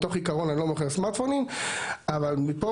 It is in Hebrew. מתוך עיקרון אני לא מוכר סמרטפונים אבל מפה